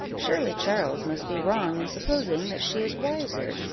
surely charles must be wrong in supposing that she is wiser,